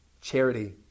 charity